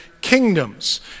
kingdoms